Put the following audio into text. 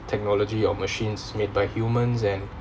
technology of machines made by humans and